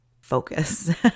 focus